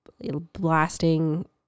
blasting